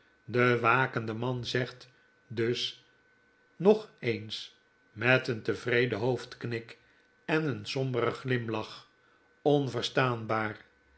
de wakende man zegt dus nog eens met een tevreden hoofdkmk en een somberen glimlach onverstaanbaar